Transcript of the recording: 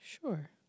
sure